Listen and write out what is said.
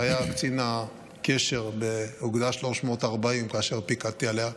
שהיה קצין הקשר באוגדה 340 כאשר פיקדתי עליה.